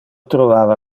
trovava